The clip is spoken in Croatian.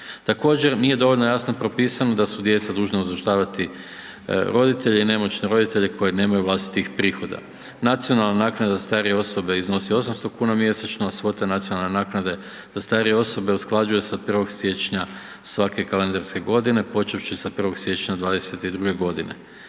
Također, nije dovoljno jasno propisano da su djeca dužna uzdržavati roditelje i nemoćne roditelje koji nemaju vlastitih prihoda. Nacionalna naknada za starije osobe iznosi 800 kn mjesečno, svota nacionalne naknade za starije osobe usklađuje se od 1. siječnja svake kalendarske godine počevši sa 1. siječnja 2022. godine.